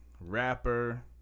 rapper